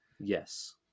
yes